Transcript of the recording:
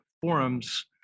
Forum's